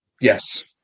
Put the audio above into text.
Yes